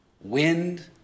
wind